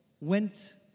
went